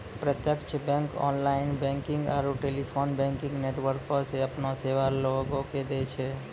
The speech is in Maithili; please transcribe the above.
प्रत्यक्ष बैंक ऑनलाइन बैंकिंग आरू टेलीफोन बैंकिंग नेटवर्को से अपनो सेबा लोगो के दै छै